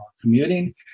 commuting